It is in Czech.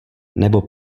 nebo